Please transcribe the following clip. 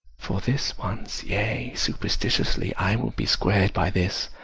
for this once, yea, superstitiously, i will be squar'd by this.